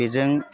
बेजों